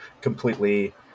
completely